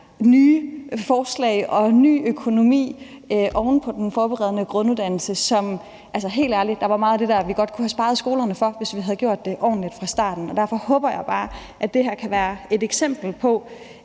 nye forslag og en ny økonomi oven på den forberedende grunduddannelse. Og helt ærligt, der var meget af det der, vi godt kunne have sparet skolerne for, hvis vi havde gjort det ordentligt fra starten. Derfor håber jeg bare, at det her kan være et eksempel på,